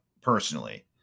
personally